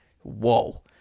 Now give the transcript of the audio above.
whoa